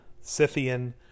Scythian